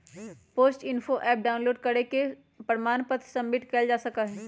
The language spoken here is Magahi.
पोस्ट इन्फो ऍप डाउनलोड करके प्रमाण पत्र सबमिट कइल जा सका हई